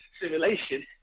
simulation